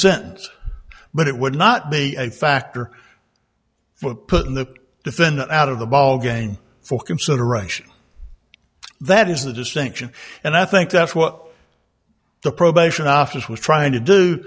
sentence but it would not be a factor for putting the defendant out of the ballgame for consideration that is the distinction and i think that's what the probation office was trying to do